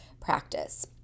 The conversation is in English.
practice